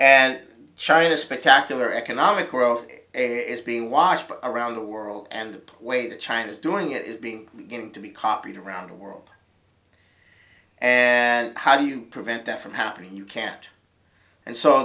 and china spectacular economic growth is being watched around the world and the poor way to china's doing it is being going to be copied around the world and how do you prevent that from happening you can't and saw